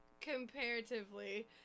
comparatively